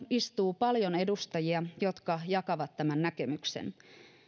istuu paljon edustajia jotka jakavat tämän näkemyksen